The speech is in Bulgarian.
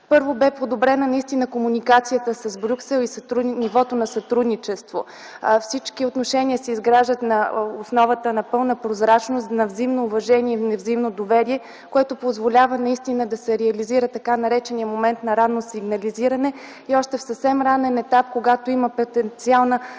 Първо, бе подобрена наистина комуникацията с Брюксел и нивото на сътрудничество. Всички отношения се изграждат на основата на пълна прозрачност, на взаимно уважение, на взаимно доверие, което позволява наистина да се реализира т. нар. момент на ранно сигнализиране, и още на съвсем ранен етап, когато има потенциални